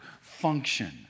function